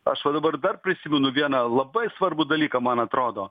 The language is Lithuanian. aš va dabar dar prisimenu vieną labai svarbų dalyką man atrodo